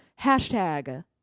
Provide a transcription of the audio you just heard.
Hashtag